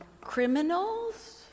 criminals